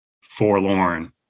forlorn